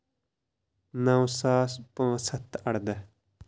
نو ساس پانژھ ہَتھ تہٕ ارداہ